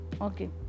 Okay